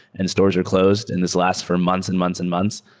and stores are closed and this last for months and months and months.